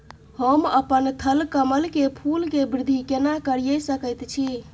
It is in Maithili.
हम अपन थलकमल के फूल के वृद्धि केना करिये सकेत छी?